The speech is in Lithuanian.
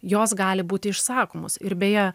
jos gali būti išsakomos ir beje